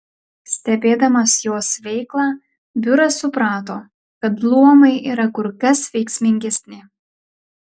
stebėdamas jos veiklą biuras suprato kad luomai yra kur kas veiksmingesni